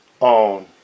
own